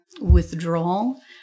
withdrawal